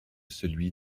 celui